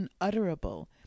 unutterable